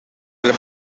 del